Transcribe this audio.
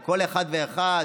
לכל אחד ואחד.